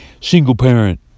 single-parent